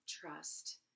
trust